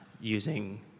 using